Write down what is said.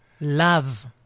love